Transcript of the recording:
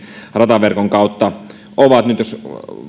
rataverkon kautta ovat nyt jos